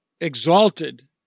exalted